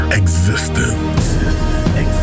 existence